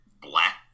black